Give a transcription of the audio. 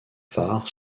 phares